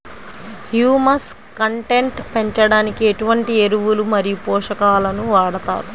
Humus content పెంచడానికి ఎటువంటి ఎరువులు మరియు పోషకాలను వాడతారు?